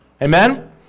Amen